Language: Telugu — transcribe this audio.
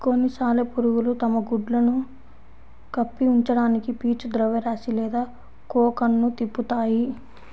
కొన్ని సాలెపురుగులు తమ గుడ్లను కప్పి ఉంచడానికి పీచు ద్రవ్యరాశి లేదా కోకన్ను తిప్పుతాయి